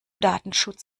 datenschutz